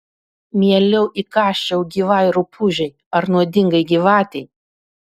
mieliau įkąsčiau gyvai rupūžei ar nuodingai gyvatei